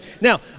Now